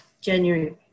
January